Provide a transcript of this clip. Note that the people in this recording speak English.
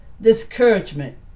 Discouragement